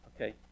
Okay